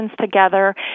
together